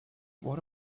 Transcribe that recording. what